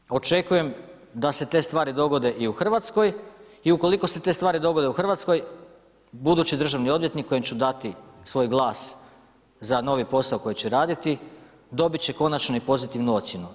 Dakle, očekujem da se te stvari dogode u Hrvatskoj i ukoliko se te stvari dogode u Hrvatskoj, budući državni odvjetnik, kojem ću dati svoj glas za novi posao, koji će raditi, dobiti će konačnu i pozitivnu ocjenu.